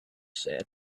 said